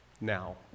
now